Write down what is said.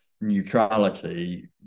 neutrality